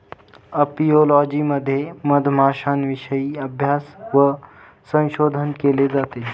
apiology मध्ये मधमाश्यांविषयी अभ्यास व संशोधन केले जाते